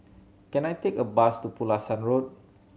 can I take a bus to Pulasan Road